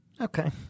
Okay